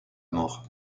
mort